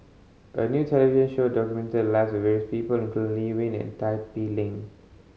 a new television show documented the lives of various people including Lee Wen and Tin Pei Ling